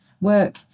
work